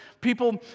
people